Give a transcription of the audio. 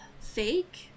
fake